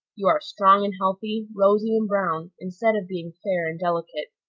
you are strong and healthy, rosy and brown, instead of being fair and delicate.